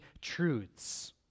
truths